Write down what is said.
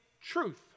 truth